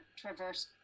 traverse